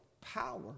power